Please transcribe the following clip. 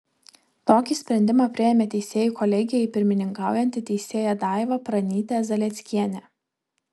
tokį sprendimą priėmė teisėjų kolegijai pirmininkaujanti teisėja daiva pranytė zalieckienė